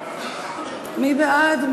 מי בעד?